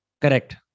Correct